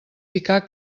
picar